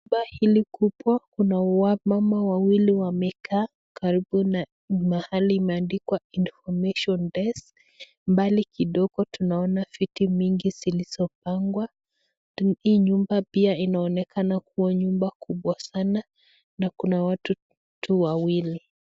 Nyumba hili kubwa kuna mama wawili wamekaa karibu na mahali imeandikwa information desk . Mbali kidogo tunaona viti mingi zilizopangwa. Hii nyumba pia inaonekana kuwa nyumba kubwa sana na kuna watu tu wawili.